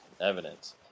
evidence